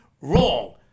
wrong